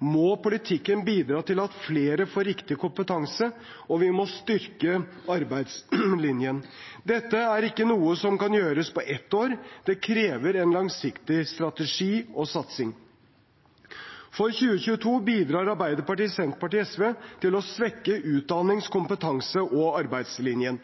må politikken bidra til at flere får riktig kompetanse, og vi må styrke arbeidslinjen. Dette er ikke noe som kan gjøres på ett år. Det krever en langsiktig strategi og satsing. For 2022 bidrar Arbeiderpartiet, Senterpartiet og SV til å svekke utdannings-, kompetanse- og arbeidslinjen.